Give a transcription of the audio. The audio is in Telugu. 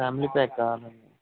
ఫ్యామిలీ ప్యాక్ కావాలి అండి